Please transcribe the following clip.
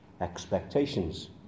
expectations